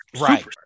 Right